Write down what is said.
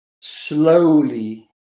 slowly